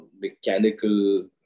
mechanical